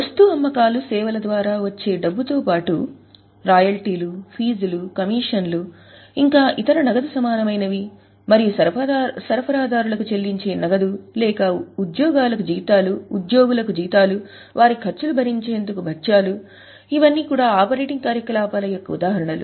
వస్తు అమ్మకాలు సేవల ద్వారా వచ్చే డబ్బు తో పాటు రాయల్టీలు ఫీజులు కమీషన్లు ఇంకా ఇతర నగదు సమానమైనవి మరియు సరఫరాదారులకు చెల్లించే నగదు లేదా ఉద్యోగులకు జీతాలు వారి ఖర్చులు భరించేందుకు భత్యాలు ఇవన్నీ కూడా ఆపరేటింగ్ కార్యకలాపాల యొక్క ఉదాహరణలు